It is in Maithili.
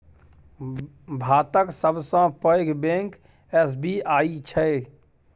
भातक सबसँ पैघ बैंक एस.बी.आई छै